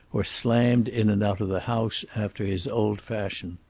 or slammed in and out of the house after his old fashion.